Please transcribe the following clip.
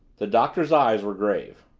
the doctor's eyes were grave.